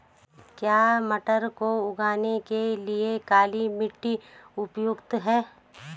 क्या मटर को उगाने के लिए काली मिट्टी उपयुक्त है?